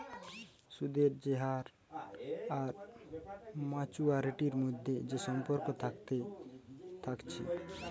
সুদের যে হার আর মাচুয়ারিটির মধ্যে যে সম্পর্ক থাকছে থাকছে